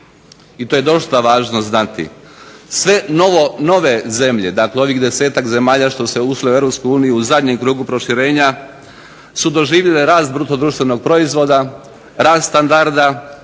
i to je dosta važno znati. Sve nove zemlje, dakle ovih 10-tak zemalja što su ušle u Europsku uniju u zadnjem krugu proširenja su doživjele rast bruto društvenog proizvoda, rast standarda,